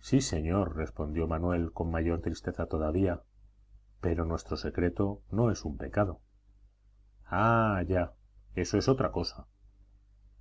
sí señor respondió manuel con mayor tristeza todavía pero nuestro secreto no es un pecado ah ya eso es otra cosa